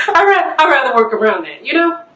i rather work around it. you know,